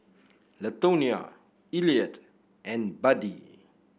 Latonia Eliot and Buddie